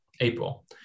April